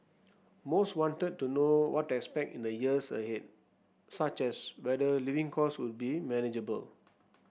most wanted to know what to expect in the years ahead such as whether living costs would be manageable